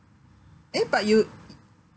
eh but you i~